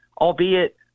albeit